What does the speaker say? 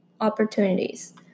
opportunities